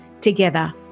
Together